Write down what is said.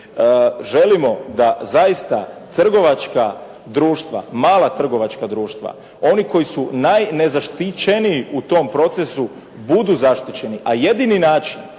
želimo da zaista trgovačka društva, mala trgovačka društva, oni koji su najnezaštićeniji u tom procesu butu zaštićeni. A jedini način